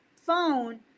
phone